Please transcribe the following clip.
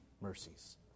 mercies